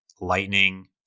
Lightning